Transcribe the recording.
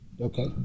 Okay